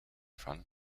fun